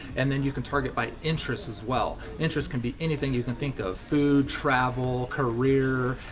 and then you can target by interest as well. interest can be anything you can think of, food, travel, career,